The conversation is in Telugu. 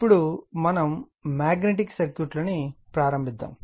ఇప్పుడు మనము మాగ్నెటిక్ సర్క్యూట్లను ప్రారంభిద్దాము